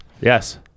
Yes